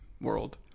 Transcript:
world